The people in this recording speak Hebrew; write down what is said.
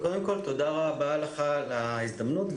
תודה רבה לך על ההזדמנות.